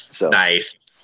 Nice